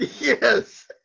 Yes